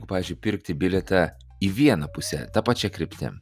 pavyzdžiui pirkti bilietą į vieną pusę ta pačia kryptim